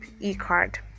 e-card